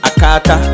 Akata